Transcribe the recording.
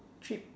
trip